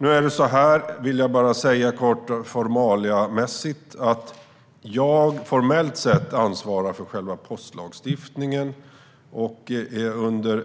Nu är det så här, vill jag bara kort säga, att jag formellt sett ansvarar för själva postlagstiftningen. Under